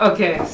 Okay